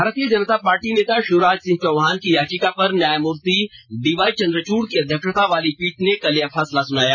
भारतीय जनता पार्टी नेता शिवराज सिंह चौहान की याचिका पर न्यायमूर्ति डी वाई चंद्रचूड़ की अध्यक्षता वाली पीठ ने कल यह फैसला सुनाया